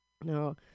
No